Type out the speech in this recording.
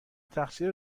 تقصیر